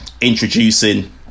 introducing